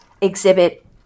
exhibit